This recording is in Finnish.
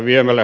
puhemies